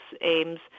aims